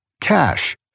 Cash